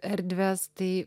erdves tai